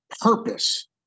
purpose